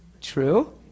True